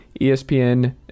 ESPN